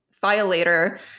violator